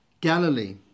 Galilee